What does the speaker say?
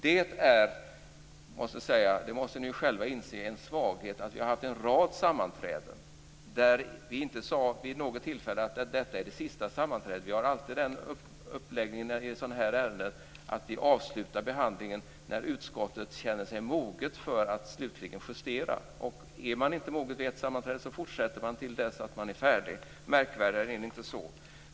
Det är, vilket ni själva måste inse, en svaghet att vi har haft en rad sammanträden där vi inte vid något tillfälle sade att det var det sista sammanträdet. Vi har alltid den uppläggningen när det gäller sådana här ärenden att vi avslutar behandlingen när utskottet känner sig moget för att slutligen justera ärendet. Och om man inte är mogen att justera vid ett sammanträde så fortsätter man tills man är färdig. Märkvärdigare än så är det inte.